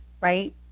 right